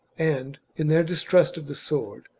and, in their distrust of the sword,